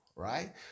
Right